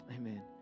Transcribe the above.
Amen